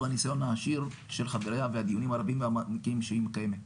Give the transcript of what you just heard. הניסיון העשיר של חבריה והדיונים הרבים והמעמיקים שהיא מקיימת.